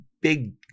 big